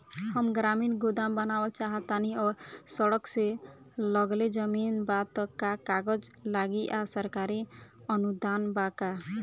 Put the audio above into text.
हम ग्रामीण गोदाम बनावल चाहतानी और सड़क से लगले जमीन बा त का कागज लागी आ सरकारी अनुदान बा का?